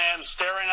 staring